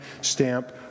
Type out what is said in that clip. stamp